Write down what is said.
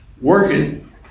working